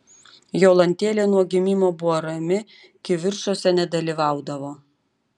jolantėlė nuo gimimo buvo rami kivirčuose nedalyvaudavo